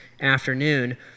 afternoon